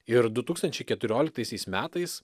ir du tūkstančiai keturioliktaisiais metais